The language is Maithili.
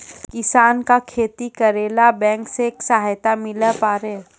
किसान का खेती करेला बैंक से सहायता मिला पारा?